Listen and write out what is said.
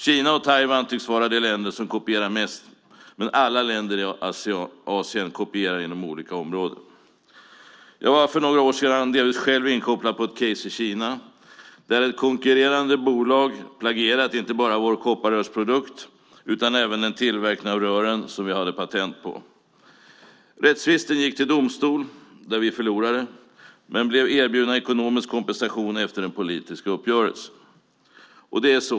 Kina och Taiwan tycks vara de länder som kopierar mest, men alla länder i Asien kopierar inom olika områden. Jag var för några år sedan själv inkopplad på ett case i Kina, där ett konkurrerande bolag hade plagierat inte bara vår kopparrörsprodukt utan även den tillverkning av rören som vi hade patent på. Rättstvisten gick till domstol, där vi förlorade. Men vi blev erbjudna ekonomisk kompensation efter en politisk uppgörelse.